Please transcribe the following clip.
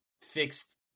fixed